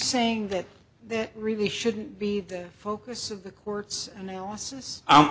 saying that that really shouldn't be the focus of the court's analysis